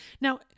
Now